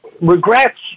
regrets